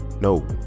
no